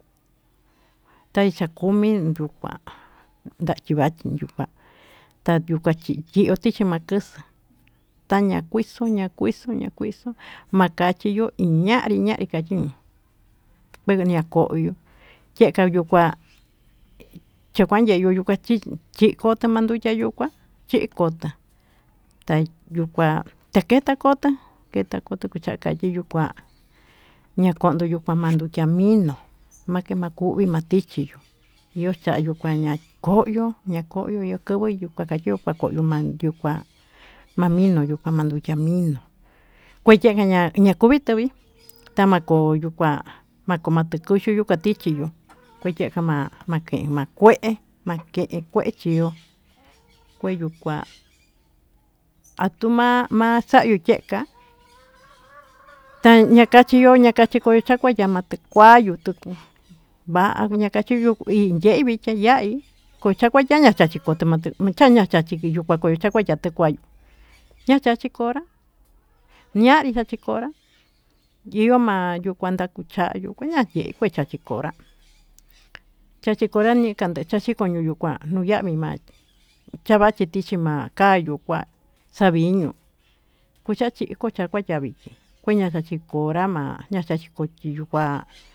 Taii chakumi yuu kuá, ndava'a y yuu njuá tandió kuachi hí ndió tixhí makaxa'á taña kuixoña kuixoña kuixo makachiño iña'a, ñanrí ña'a kachín veveña'a koyo'ó ye'e yuu kuá chukandeyu yukachini chí ko'o nde manduchia yukuá chí kotá ta'a yuu kuá taketa kotá taketa kota chakayii yuu kuá ñakondo yuu tañanuu chaminó, makemakui matichí yuu yo'o chanio kaña koyo'ó nakoyo nuu koyó naka yo'ó makoyo manyuka, manino ña'a kandaduchá maminó kueya'a kaña'a na'a kovii kovii tamayó yuu kuá makomo yo'o tikoyoyu katichí yuu, kechen kama make makuen makekuechió kueyuu kuá atuma'a ma'a chayuu cheká tanakechí yo'o na'a kama tamaké kuayuu tukuu ma'a makachí yo'o inchevii kué iyaí kuacha mayaya kotemate michama katemate taka mate nguayuu, ña'a chachí konrá ñanri xachí konrá yioma machan kuchayu kuan ndakuu chayuu ucha chenguó kachí konrá chachikonra nikande chachi konrá nukunkuá nuu yavii ma'a tayavi tichí kaxhiá yuu kuá xaviño kucha chí kucha kanchavi kueña kachí konrama ñachachí yo'o kuá.